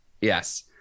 Yes